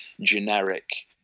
generic